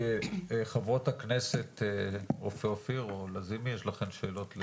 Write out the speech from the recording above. חברות הכנסת רופא אופיר או לזימי, יש לכן שאלות?